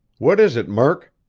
what is it, murk?